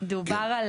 שגם אנחנו תמכנו